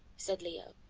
said leo.